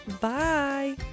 bye